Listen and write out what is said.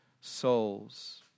souls